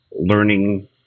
learning